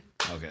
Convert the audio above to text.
Okay